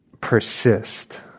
persist